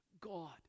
God